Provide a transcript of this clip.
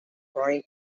brine